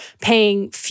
paying